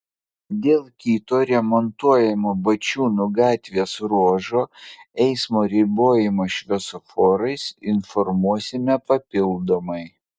dėl kito remontuojamo bačiūnų gatvės ruožo eismo ribojimo šviesoforais informuosime papildomai